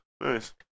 Nice